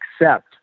accept